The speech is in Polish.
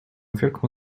wielką